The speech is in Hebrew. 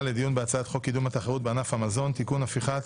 לדיון בהצעת חוק קידום התחרות בענף המזון (תיקון הפיכת